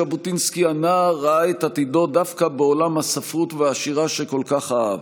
ז'בוטינסקי הנער ראה את עתידו דווקא בעולם הספרות והשירה שכל כך אהב,